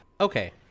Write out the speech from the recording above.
Okay